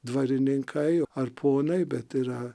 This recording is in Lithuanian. dvarininkai ar ponai bet yra